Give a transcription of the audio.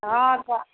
हँ तऽ